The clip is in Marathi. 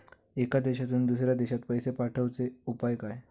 एका देशातून दुसऱ्या देशात पैसे पाठवचे उपाय काय?